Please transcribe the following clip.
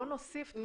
בואו נוסיף דברים.